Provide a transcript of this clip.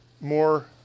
more